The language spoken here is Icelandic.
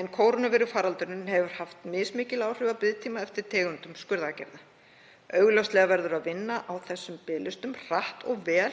en kórónuveirufaraldurinn hefur haft mismikil áhrif á biðtíma eftir tegundum skurðaðgerða. Augljóslega verður að vinna á þessum biðlistum hratt og vel